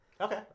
okay